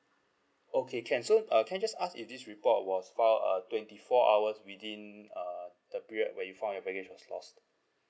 okay can so uh can I just ask if this report was filed uh twenty four hours within uh the period where you found your baggage was lost